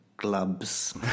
gloves